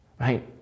Right